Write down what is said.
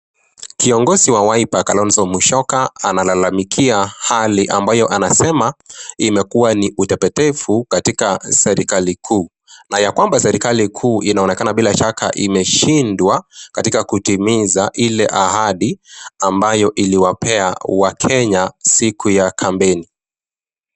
Kiongozi wa Wiper, Kalonzo Musyoka. Analamikia hali ambayo anasema, imekuwa ni utepetevu katika serikali kuu na kwamba serikali kuu inaonekana bila shaka imeshindwa katika kutimiza ile ahadi ambayo iliwapea wakenya siku ya kampeni.